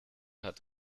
hat